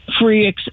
free